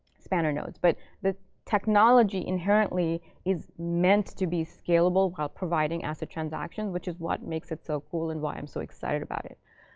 spanner nodes? but the technology inherently is meant to be scalable while providing acid transactions, which is what makes it so cool and why i'm so excited about it.